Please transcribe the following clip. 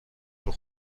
توی